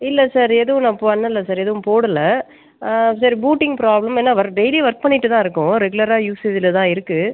இல்லை சார் எதுவும் நான் பண்ணலை சார் எதுவும் போடல சார் பூட்டிங் ப்ராப்ளம் ஆனால் வர் டெய்லியும் ஒர்க் பண்ணிகிட்டு தான் இருக்கோம் ரெகுலராக யூஸேஜில் தான் இருக்குது